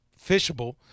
fishable